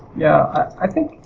yeah, i think,